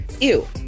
Ew